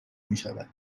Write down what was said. میشود